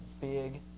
big